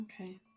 Okay